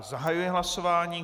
Zahajuji hlasování.